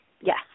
yes